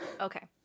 Okay